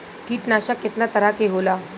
कीटनाशक केतना तरह के होला?